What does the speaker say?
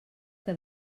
que